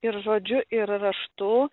ir žodžiu ir raštu